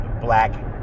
black